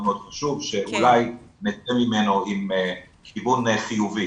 חשוב שאולי נצא ממנו עם כיוון חיובי.